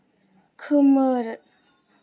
खोमोर